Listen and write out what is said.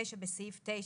בסעיף 9,